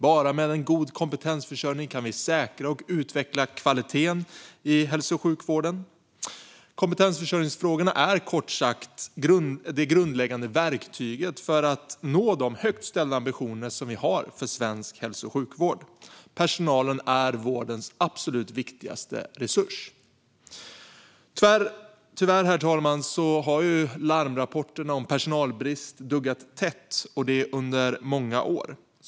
Bara med en god kompetensförsörjning kan vi säkra och utveckla kvaliteten i hälso och sjukvården. Kompetensförsörjningsfrågorna är kort sagt det grundläggande verktyget för att nå de högt ställda ambitioner som vi har för svensk sjukvård. Personalen är vårdens absolut viktigaste resurs. Tyvärr, herr talman, har larmrapporterna om personalbrist duggat tätt, och det under många år.